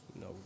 no